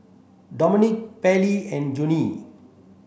Domenic Pairlee and Joanie